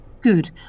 good